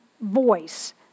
voice